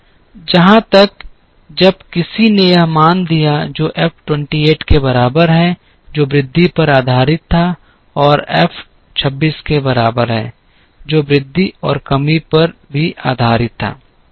जहाँ तक जब किसी ने यह मान दिया जो एफ 28 के बराबर है जो वृद्धि पर आधारित था और एफ 26 के बराबर है जो वृद्धि और कमी पर भी आधारित था